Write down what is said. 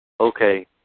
Okay